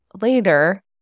later